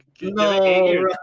No